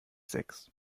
sechs